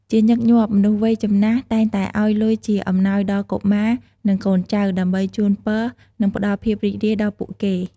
ជាញឹកញាប់ មនុស្សវ័យចំណាស់ តែងតែឱ្យលុយជាអំណោយដល់កុមារ និងកូនចៅ ដើម្បីជូនពរ និងផ្ដល់ភាពរីករាយដល់ពួកគេ។